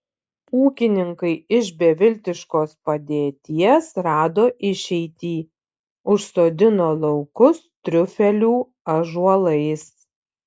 ūkininkai iš beviltiškos padėties rado išeitį užsodino laukus triufelių ąžuolais